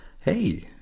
hey